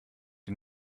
die